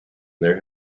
there